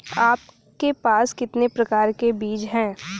आपके पास कितने प्रकार के बीज हैं?